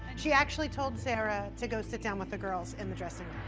she actually told sarah to go sit down with the girls in the dressing